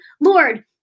Lord